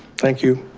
thank you.